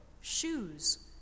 shoes